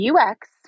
ux